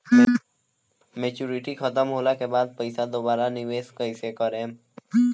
Maturity खतम होला के बाद पईसा दोबारा निवेश कइसे करेम?